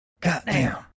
Goddamn